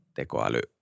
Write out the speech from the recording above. tekoäly